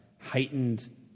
heightened